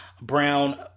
Brown